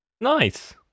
Nice